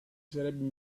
sarebbe